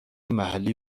محلی